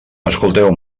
escolteu